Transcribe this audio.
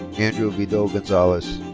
andrew vidot-gonzalez.